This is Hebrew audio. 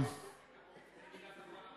תן מילה טובה ל"מתמיד".